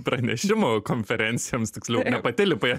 pranešimų konferencijoms tiksliau ne pati lipai